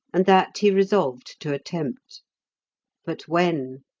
and that he resolved to attempt but when?